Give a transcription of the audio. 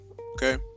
Okay